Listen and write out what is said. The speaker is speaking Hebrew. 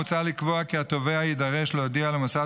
מוצע לקבוע כי התובע יידרש להודיע למוסד